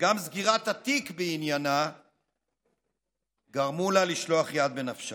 וגם סגירת התיק בעניינה גרמה לה לשלוח יד בנפשה.